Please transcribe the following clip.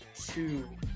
two